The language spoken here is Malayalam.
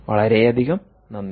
വളരെയധികം നന്ദി